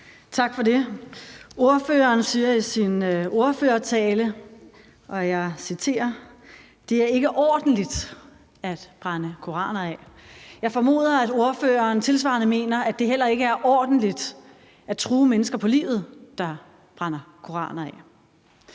Tak for det. Ordføreren siger i sin ordførertale, og jeg citerer: Det er ikke ordentligt at brænde koraner af. Jeg formoder, at ordføreren tilsvarende mener, at det heller ikke er ordentligt at true mennesker, der brænder koraner af,